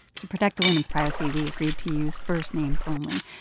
to protect the women's privacy, we agreed to use first names only.